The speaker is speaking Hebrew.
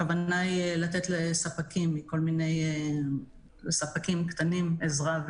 הכוונה היא לתת לספקים קטנים עזרה,